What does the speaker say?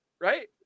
right